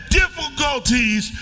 difficulties